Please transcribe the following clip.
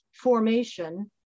formation